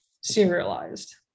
serialized